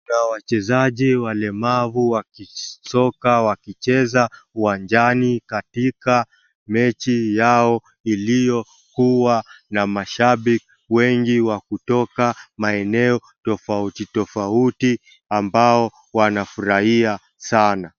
Kuna wachezaji walemavu wa soka wakicheza uwanjani katika mechi yao iliyo kuwa na mashabik wengi wa kutoka maeneo tofauti tofauti ambao wanafurahia sana.